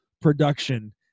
production